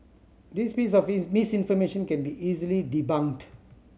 this piece of misinformation can be easily debunked